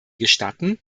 gestatten